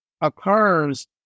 occurs